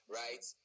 right